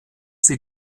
sie